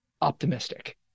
optimistic